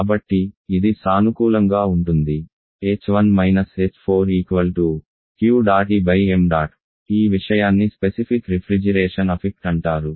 కాబట్టి ఇది సానుకూలంగా ఉంటుంది Q̇̇Eṁ ఈ విషయాన్ని స్పెసిఫిక్ రిఫ్రిజిరేషన్ ప్రభావం అంటారు